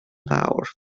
fawr